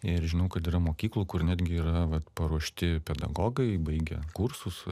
ir žinau kad yra mokyklų kur netgi yra vat paruošti pedagogai baigę kursus